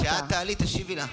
וכשאת תעלי, תשיבי לה.